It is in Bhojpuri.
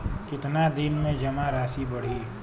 कितना दिन में जमा राशि बढ़ी?